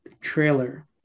trailer